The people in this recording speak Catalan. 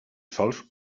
sols